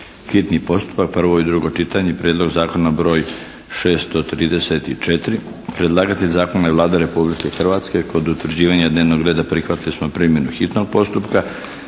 Hrvatske.